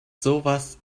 sowas